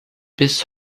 bis